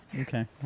Okay